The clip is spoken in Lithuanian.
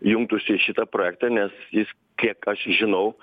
jungtųsi į šitą projektą nes jis kiek aš žinau